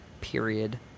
period